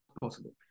possible